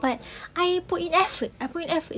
but I put in effort I put in effort